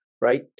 right